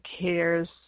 Cares